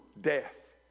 death